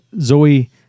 Zoe